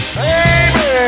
baby